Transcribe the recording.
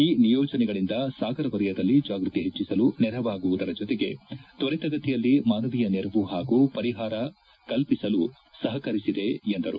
ಈ ನಿಯೋಜನೆಗಳಿಂದ ಸಾಗರ ವಲಯದಲ್ಲಿ ಜಾಗೃತಿ ಹೆಚ್ಚಿಸಲು ನೆರವಾಗುವುದರ ಜೊತೆಗೆ ತ್ವರಿತಗತಿಯಲ್ಲಿ ಮಾನವೀಯ ನೆರವು ಹಾಗೂ ಪರಿಹಾರ ಕಲ್ಪಿಸಲು ಸಹಕರಿಸಿದೆ ಎಂದರು